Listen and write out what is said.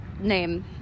name